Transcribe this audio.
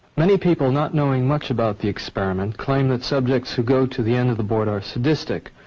many people not knowing much about the experiment claim that subjects who go to the end of the board are sadistic.